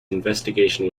investigation